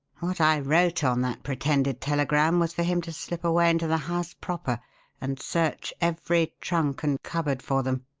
what i wrote on that pretended telegram was for him to slip away into the house proper and search every trunk and cupboard for them.